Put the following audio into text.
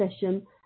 session